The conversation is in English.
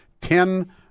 ten